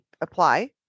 apply